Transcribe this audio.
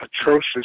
atrocious